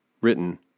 written